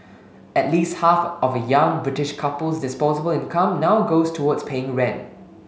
at least half of a young British couple's disposable income now goes towards paying rent